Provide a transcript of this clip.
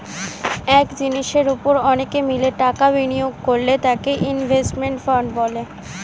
এক জিনিসের উপর অনেকে মিলে টাকা বিনিয়োগ করলে তাকে ইনভেস্টমেন্ট ফান্ড বলে